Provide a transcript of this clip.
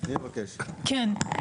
כן.